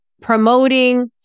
promoting